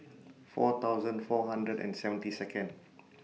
four thousand four hundred and seventy Second